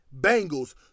Bengals